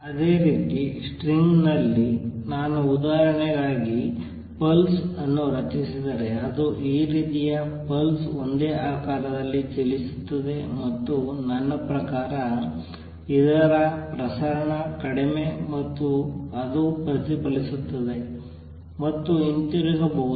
ಅದೇ ರೀತಿ ಸ್ಟ್ರಿಂಗ್ ನಲ್ಲಿ ನಾನು ಉದಾಹರಣೆಗಳಿಗಾಗಿ ಪಲ್ಸ್ ಅನ್ನು ರಚಿಸಿದರೆ ಅದು ಈ ರೀತಿಯ ಪಲ್ಸ್ ಒಂದೇ ಆಕಾರದಲ್ಲಿ ಚಲಿಸುತ್ತದೆ ಮತ್ತು ನನ್ನ ಪ್ರಕಾರ ಇದರ ಪ್ರಸರಣ ಕಡಿಮೆ ಮತ್ತು ಅದು ಪ್ರತಿಫಲಿಸುತ್ತದೆ ಮತ್ತು ಹಿಂತಿರುಗಬಹುದು